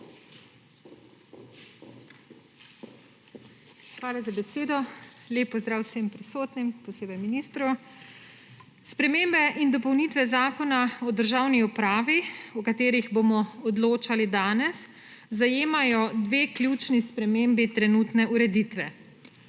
Hvala za besedo. Lep pozdrav vsem prisotnim, posebej ministru! Spremembe in dopolnitve Zakona o državni upravi, o katerih bomo odločali danes, zajemajo dve ključni spremembi trenutne ureditve.